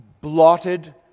blotted